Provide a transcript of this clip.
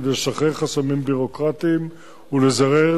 כדי לשחרר חסמים ביורוקרטיים ולזרז